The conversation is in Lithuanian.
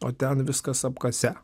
o ten viskas apkase